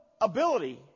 ability